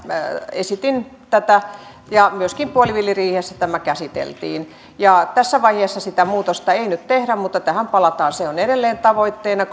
esitin tätä ja myöskin puoliväliriihessä tämä käsiteltiin tässä vaiheessa sitä muutosta ei ei nyt tehdä mutta tähän palataan se on edelleen tavoitteena